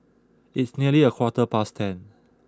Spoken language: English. its nearly a quarter past ten